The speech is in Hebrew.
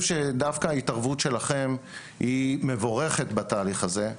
שדווקא ההתערבות שלכם מבורכת בתהליך הזה.